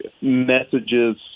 messages